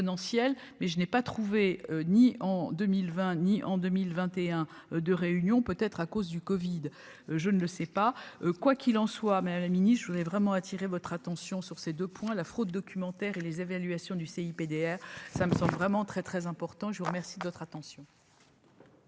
mais je n'ai pas trouvé ni en 2020 ni en 2021 2 réunions, peut-être à cause du Covid. Je ne le sais pas quoi qu'il en soit, mais à la mini-je voulais vraiment attirer votre attention sur ces 2 points, la fraude documentaire et les évaluations du CIP PDR ça me sont vraiment très, très important, je vous remercie de votre attention.